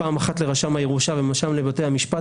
לרשם הירושה ומשם לבתי המשפט.